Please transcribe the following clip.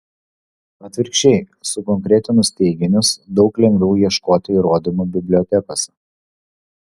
atvirkščiai sukonkretinus teiginius daug lengviau ieškoti įrodymų bibliotekose